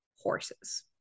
horses